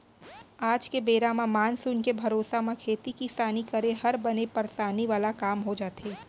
आज के बेरा म मानसून के भरोसा म खेती किसानी करे हर बने परसानी वाला काम हो जाथे